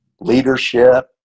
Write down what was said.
leadership